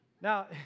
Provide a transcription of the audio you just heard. Now